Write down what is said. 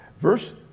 Verse